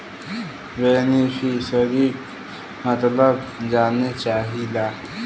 बेनिफिसरीक मतलब जाने चाहीला?